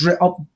up